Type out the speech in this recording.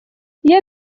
iyo